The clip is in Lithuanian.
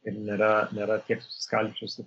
ir nėra nėra tiek susiskaldžiusios